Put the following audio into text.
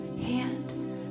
hand